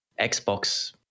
Xbox